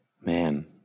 Man